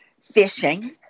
fishing